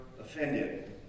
offended